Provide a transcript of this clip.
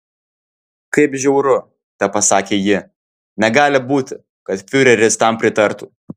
kaip žiauru tepasakė ji negali būti kad fiureris tam pritartų